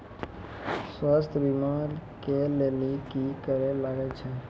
स्वास्थ्य बीमा के लेली की करे लागे छै?